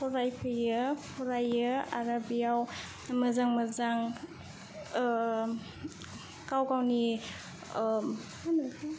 फरायफैयो फरायो आरो बेयाव मोजां मोजां गाव गावनि